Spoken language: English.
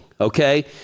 okay